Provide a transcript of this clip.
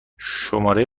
شماره